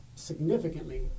Significantly